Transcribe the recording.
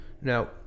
now